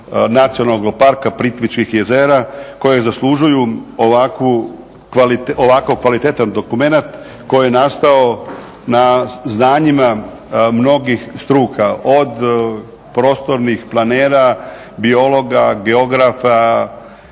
Nacionalnog parka Plitvičkih jezera koje zaslužuju ovako kvalitetan dokumenat koji je nastao na znanjima mnogih struka od prostornih planera, biologa, biografa